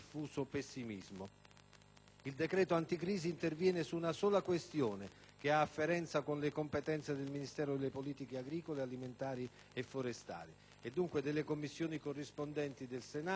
Il decreto anticrisi interviene su una sola questione che ha afferenza con le competenze del Ministero delle politiche agricole alimentari e forestali e dunque delle Commissioni corrispondenti del Senato e della Camera: le